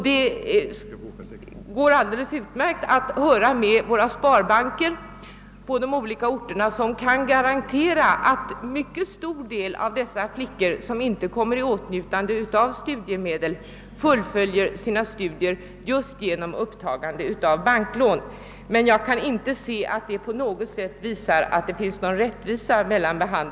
Det går alldeles utmärkt att höra med våra sparbanker på de olika orterna — de kan garantera att en mycket stor del av de flickor som inte kommer i åtnjutande av studiemedel fullföljer studierna genom upptagande av banklån. Men det visar inte att det finns någon rättvisa i behand